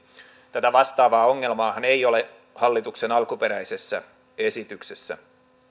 tätä vastaavaa ongelmaahan ei ole hallituksen alkuperäisessä esityksessä